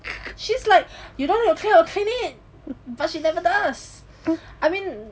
she's like you don't clean I will clean it but she never does I mean